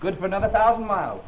good for another thousand miles